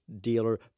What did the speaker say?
dealer